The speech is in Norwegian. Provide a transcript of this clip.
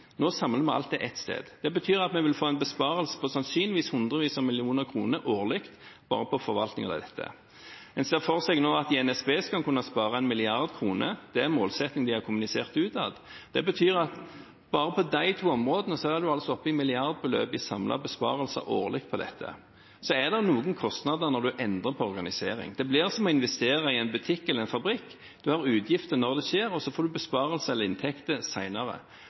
Nå samler vi alt på ett sted. Det betyr at vi vil få en besparelse på sannsynligvis hundrevis av millioner kroner årlig bare på forvaltningen av dette. En ser for seg at en i NSB nå skal kunne spare 1 mrd. kr. Det er målsettingen de har kommunisert utad. Det betyr at bare på de to områdene er en altså oppe i milliardbeløp i samlede besparelser årlig gjennom dette. Det er noen kostnader når en endrer på organiseringen. Det blir som å investere i en butikk eller en fabrikk: En har utgifter når det skjer, og så får en besparelser eller inntekter